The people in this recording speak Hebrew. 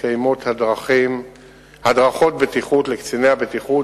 מתקיימות הדרכות בטיחות לקציני הבטיחות